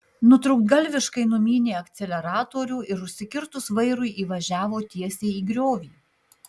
nutrūktgalviškai numynė akceleratorių ir užsikirtus vairui įvažiavo tiesiai į griovį